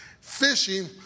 fishing